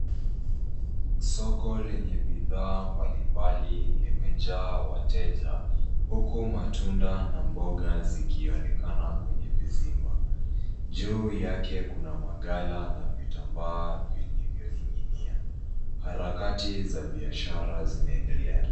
Soko lenye bidhaa mbalimbali limejaa wateja huku matunda na mboga zikionekana kwenye vizimba. Juu yake kuna maghala na vitambaa vilivyoning'inia. Harakati za biashara zinaendelea.